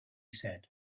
said